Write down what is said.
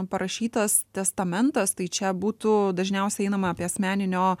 parašytas testamentas tai čia būtų dažniausiai einama apie asmeninio